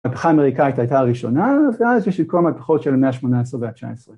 המהפכה האמריקאית הייתה הראשונה, ‫ואז בשביל כל המהפכות של המאה ה-18 וה-19.